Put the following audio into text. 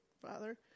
Father